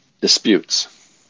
disputes